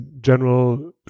general